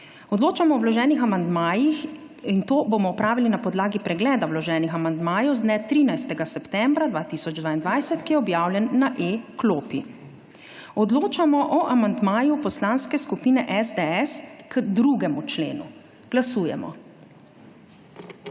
Odločamo o vloženih amandmajih. To bomo opravili na podlagi pregleda vloženih amandmajev z dne 13. septembra 2022, ki je objavljen na e-klopi. Odločamo o amandmaju poslanske skupine SDS k 2. členu. Glasujemo.